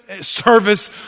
service